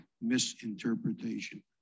misinterpretation